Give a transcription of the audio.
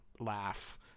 laugh